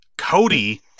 Cody